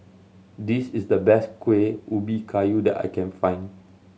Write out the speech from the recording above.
this is the best Kuih Ubi Kayu that I can find